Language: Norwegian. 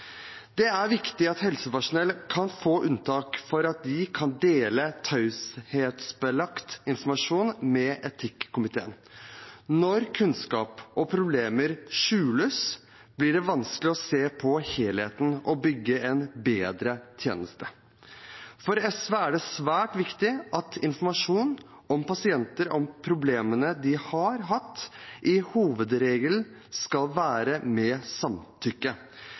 Det er viktig at helsepersonell kan få unntak for at de kan dele taushetsbelagt informasjon med etikkomiteen. Når kunnskap og problemer skjules, blir det vanskelig å se helheten og bygge en bedre tjeneste. For SV er det svært viktig at informasjon om pasienter og problemene de har hatt, som hovedregel skal være med samtykke.